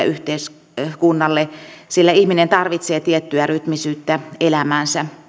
yhteiskunnalle sillä ihminen tarvitsee tiettyä rytmisyyttä elämäänsä